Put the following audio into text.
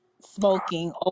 smoking